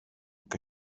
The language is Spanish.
que